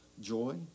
joy